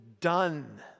done